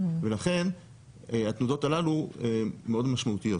ולכן התנודות הללו מאוד משמעותיות.